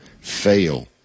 fail